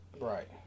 Right